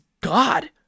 God